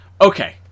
Okay